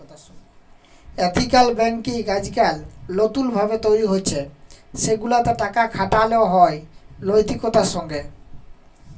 ethical banking আইজকাইল লতুল ভাবে তৈরি হছে সেগুলাতে টাকা খাটালো হয় লৈতিকতার সঙ্গে